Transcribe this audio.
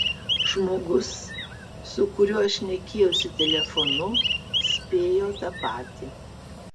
žmogus su kuriuo šnekėjausi telefonu spėjo tą patį